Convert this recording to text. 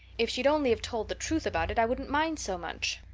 if she'd only have told the truth about it i wouldn't mind so much.